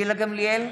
גילה גמליאל,